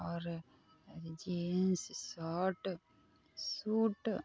आओर jeans shirt shoot